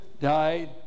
died